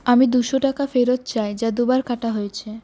আমি দুশো টাকা ফেরত চাই যা দুবার কাটা হয়েছে